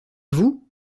vous